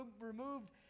removed